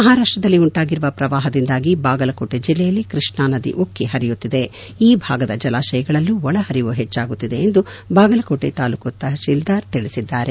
ಮಹಾರಾಷ್ಟದಲ್ಲಿ ಉಂಟಾಗಿರುವ ಪ್ರವಾಹದಿಂದಾಗಿ ಬಾಗಲಕೋಟೆ ಜಿಲ್ಲೆಯಲ್ಲಿ ಕೃಷ್ಣಾ ನದಿ ಉಕ್ಕಿ ಹರಿಯುತ್ತಿದೆ ಈ ಭಾಗದ ಜಲಾಶಯಗಳಲ್ಲೂ ಒಳಹರಿವು ಹೆಚ್ಚಾಗುತ್ತಿದೆ ಎಂದು ಬಾಗಲಕೋಟೆ ತಾಲ್ದೂಕು ತಹಸೀಲ್ದಾರ್ ತಿಳಿಸಿದ್ದಾರೆ